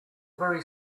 very